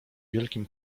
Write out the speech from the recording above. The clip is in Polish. wielkim